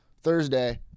Thursday